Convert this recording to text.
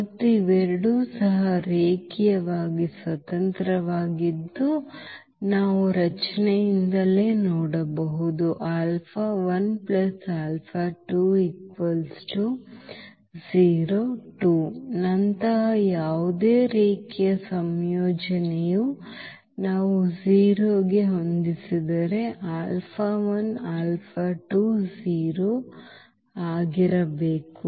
ಮತ್ತು ಇವೆರಡೂ ಸಹ ರೇಖೀಯವಾಗಿ ಸ್ವತಂತ್ರವಾಗಿದ್ದು ನಾವು ರಚನೆಯಿಂದಲೇ ನೋಡಬಹುದು 2 ನಂತಹ ಯಾವುದೇ ರೇಖೀಯ ಸಂಯೋಜನೆಯು ನಾವು 0 ಗೆ ಹೊಂದಿಸಿದರೆ 0 ಆಗಿರಬೇಕು